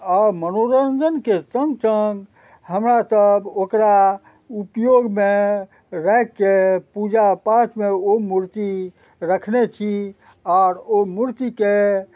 मनोरञ्जनके सङ्ग सङ्ग हमरा सभ ओकरा उपयोगमे राखिके पूजा पाठमे ओ मूर्ति रखने छी आर ओ मूर्तिके